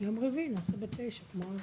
יום רביעי נעשה בשעה תשע.